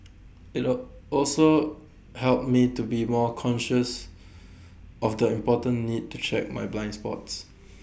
IT all also helped me to be more conscious of the important need to check my blind spots